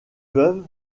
veuve